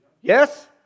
Yes